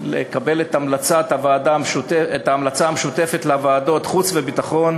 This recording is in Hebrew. לקבל את ההמלצה המשותפת לוועדת החוץ והביטחון